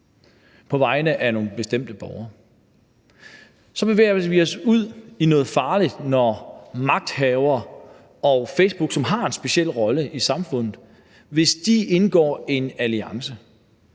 på vegne af nogle bestemte borgere, for vi bevæger os ud i noget farligt, hvis magthavere og Facebook, som har en speciel rolle i samfundet, indgår i en alliance,